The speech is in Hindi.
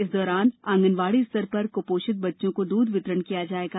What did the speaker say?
इस दौरान आँगनवाड़ी स्तर पर कृपोषित बच्चों को दृध वितरण किया जायेगा